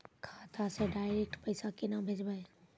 खाता से डायरेक्ट पैसा केना भेजबै?